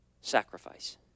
sacrifice